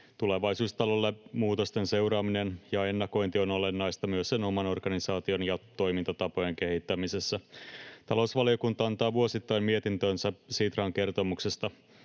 Tulevaisuustalolle muutosten seuraaminen ja ennakointi on olennaista myös sen oman organisaation ja toimintatapojen kehittämisessä. Talousvaliokunta antaa vuosittain mietintönsä Sitran kertomuksesta.